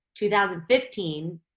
2015